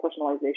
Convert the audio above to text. personalization